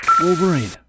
wolverine